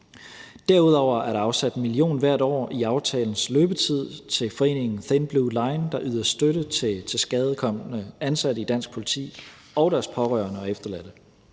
Derudover er der afsat 1 mio. kr. hvert år i aftalens løbetid til foreningen Thin Blue Line, der yder støtte til tilskadekomne ansatte i dansk politi og til deres pårørendeog efterladte.